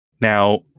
Now